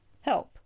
help